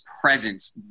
presence